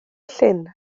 llyn